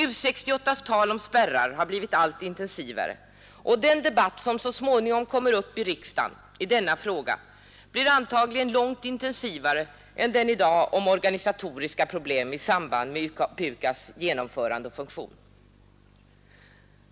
U 68:s tal om spärrar har blivit allt intensivare, och den debatt som småningom kommer att föras i riksdagen i denna fråga blir antagligen långt intensivare än den i dag om organisatoriska problem i samband med PUKAS:s genomförande och funktion.